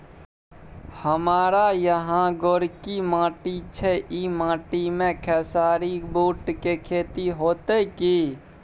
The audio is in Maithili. हमारा यहाँ गोरकी माटी छै ई माटी में खेसारी, बूट के खेती हौते की?